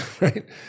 right